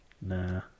Nah